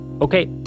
Okay